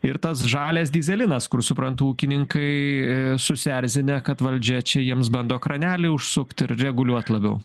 ir tas žalias dyzelinas kur suprantu ūkininkai i susierzinę kad valdžia čia jiems bando kranelį užsukt ir reguliuot labiau